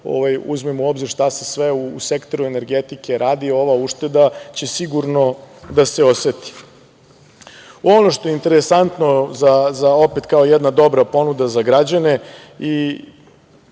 uzmemo u obzir šta se sve u sektoru energetike radi, ova ušteda će sigurno da se oseti. Ono što je interesantno za, opet, kao jedna dobra ponuda za građane